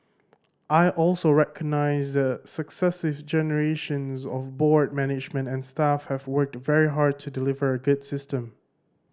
I also recognise that successive generations of board management and staff have worked very hard to deliver a good system